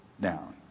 down